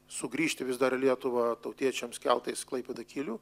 sugrįžti vis dar į lietuvą tautiečiams keltais klaipėda kyliu